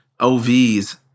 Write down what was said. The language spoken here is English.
OVS